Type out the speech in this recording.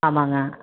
ஆமாங்க